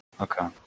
Okay